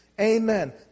Amen